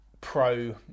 pro